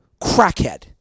crackhead